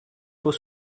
faut